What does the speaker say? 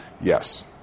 Yes